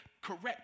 correct